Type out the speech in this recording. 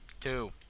Two